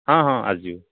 ହଁ ହଁ ଆସିଯିବ